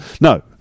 No